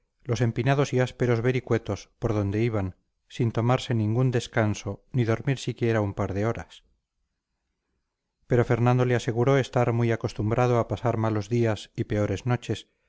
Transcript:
los empinados y ásperos vericuetos por donde iban sin tomarse ningún descanso ni dormir siquiera un par de horas pero fernando le aseguró estar muy acostumbrado a pasar malos días y peores noches